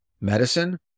medicine